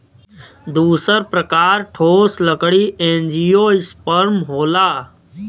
दूसर प्रकार ठोस लकड़ी एंजियोस्पर्म होला